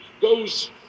goes